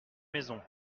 maisons